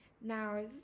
now